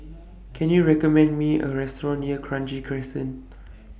Can YOU recommend Me A Restaurant near Kranji Crescent